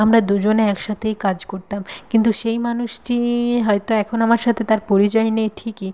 আমরা দুজনে একসাথেই কাজ করতাম কিন্তু সেই মানুষটি হয়তো এখন আমার সাথে তার পরিচয় নেই ঠিকই